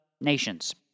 Nations